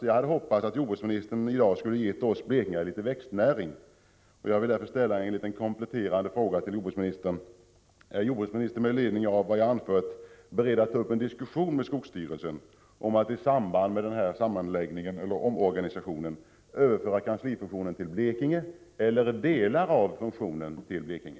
Jag hade hoppats att jordbruksministern i dag skulle ha gett oss blekingar litet växtnäring. Jag vill därför ställa en liten kompletterande fråga till jordbruksministern: Är jordbruksministern med ledning av vad jag anfört beredd att ta upp en diskussion med skogsstyrelsen om att i samband med denna omorganisation överföra kanslifunktionen eller en del av den till Blekinge?